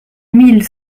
mille